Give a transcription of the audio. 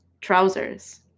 trousers